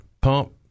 pump